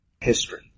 history